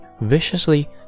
viciously